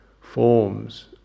forms